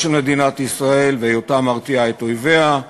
של מדינת ישראל והיותה מרתיעה את אויביה,